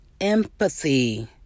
empathy